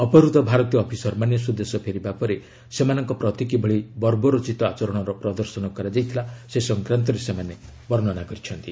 ଅପହୃତ ଭାରତୀୟ ଅଫିସରମାନେ ସ୍ୱଦେଶ ଫେରିବା ପରେ ସେମାନଙ୍କ ପ୍ରତି କିଭଳି ବର୍ବରୋଚିତ ଆଚରର ପ୍ରଦର୍ଶନ କରାଯାଇଥିଲା ସେ ସଂକ୍ରାନ୍ତରେ ସେମାନେ ବର୍ଣ୍ଣନା କରିଛନ୍ତି